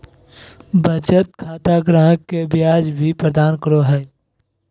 बचत खाता ग्राहक के ब्याज भी प्रदान करो हइ